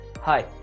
hi